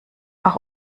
auch